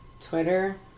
twitter